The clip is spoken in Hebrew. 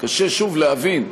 קשה שוב להבין.